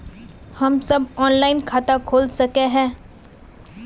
हम सब ऑनलाइन खाता खोल सके है?